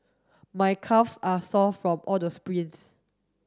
my calve are sore from all the sprints